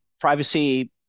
privacy